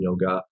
yoga